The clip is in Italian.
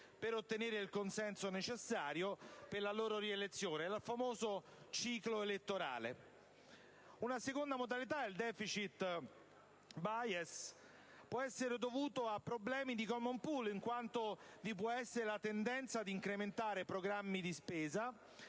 per ottenere il consenso necessario alla loro rielezione: è il famoso ciclo elettorale. Una seconda modalità di *deficit bias* può essere dovuta a problemi di *common pool*, in quanto vi può essere la tendenza ad incrementare programmi di spesa